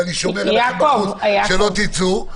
ואשמור שלא תצאו,